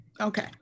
okay